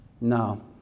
no